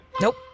Nope